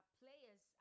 players